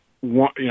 one